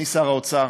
אני שר האוצר,